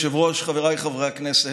אדוני היושב-ראש, חבריי חברי הכנסת,